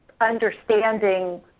understanding